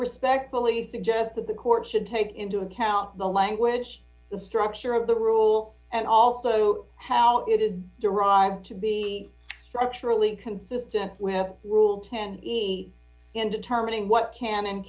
respectfully suggest that the court should take into account the language the structure of the rule and also how it'd derive to be structurally consistent with rule ten in determining what can and